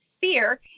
fear